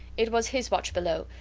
it was his watch below,